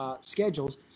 schedules